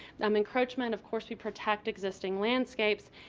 um encroachment, of course we protect existing landscapes.